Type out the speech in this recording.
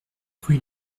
rue